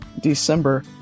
December